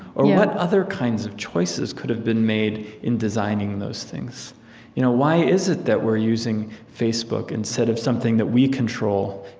or what other kinds of choices could have been made in designing those things you know why is it that we're using facebook instead of something that we control,